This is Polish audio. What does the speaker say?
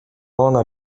ona